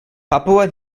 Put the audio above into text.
papua